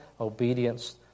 obedience